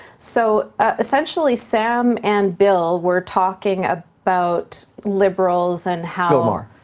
so ah essentially sam and bill were talking ah about liberals and how bill maher.